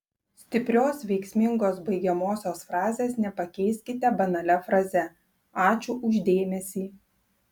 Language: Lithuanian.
stiprios veiksmingos baigiamosios frazės nepakeiskite banalia fraze ačiū už dėmesį